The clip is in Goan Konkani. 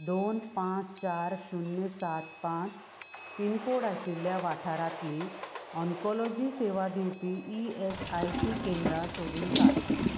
दोन पांच चार शुन्य सात पांच पिनकोड आशिल्ल्या वाठारांतली ऑन्कोलॉजी सेवा दिवपी ई एस आय सी केंद्रां सोदून काड